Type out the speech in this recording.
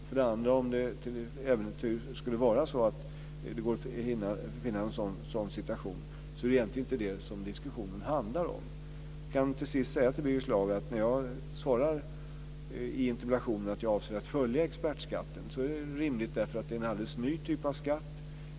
För det andra, om det till äventyrs skulle gå att finna en sådan situation, är det egentligen inte det som diskussionen handlar om. Slutligen kan jag säga till Birger Schlaug att när jag i svaret på interpellationen säger att jag avser att följa expertskatten är det rimligt därför att det är en alldeles ny typ av skatt.